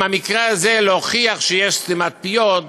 עם המקרה הזה, להוכיח שיש סתימת פיות,